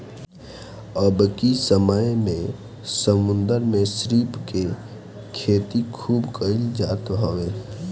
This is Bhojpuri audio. अबकी समय में समुंदर में श्रिम्प के खेती खूब कईल जात हवे